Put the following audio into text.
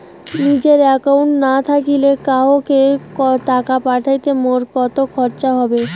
নিজের একাউন্ট না থাকিলে কাহকো টাকা পাঠাইতে মোর কতো খরচা হবে?